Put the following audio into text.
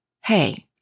Hey